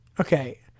Okay